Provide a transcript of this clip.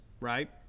right